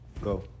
Go